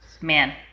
man